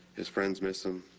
his friends miss him,